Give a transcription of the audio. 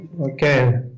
Okay